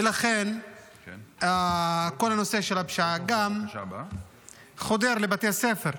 ולכן כל הנושא של הפשיעה גם חודר לבתי ספר.